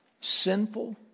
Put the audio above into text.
sinful